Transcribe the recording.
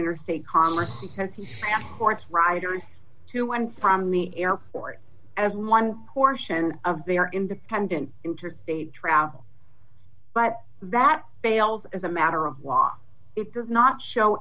interstate commerce he says he courts riders to one from the airport as one portion of their independent interstate travel but that fails as a matter of law it does not show